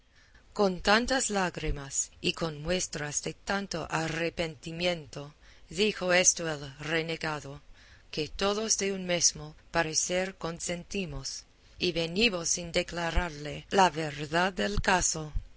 con tantas lágrimas y con muestras de tanto arrepentimiento dijo esto el renegado que todos de un mesmo parecer consentimos y venimos en declararle la verdad del caso